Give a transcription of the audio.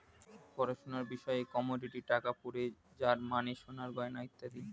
পড়াশোনার বিষয়ে কমোডিটি টাকা পড়ে যার মানে সোনার গয়না ইত্যাদি